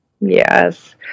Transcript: Yes